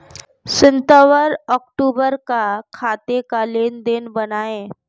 सितंबर अक्तूबर का खाते का लेनदेन बताएं